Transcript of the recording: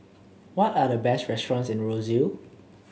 what are the best restaurants in Roseau